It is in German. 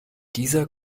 dieser